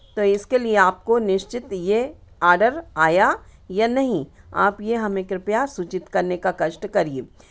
तो इसके लिए आपको निश्चित ये ऑर्डर आया या नहीं आप ये हमें कृपया सूचित करने का कष्ट करिए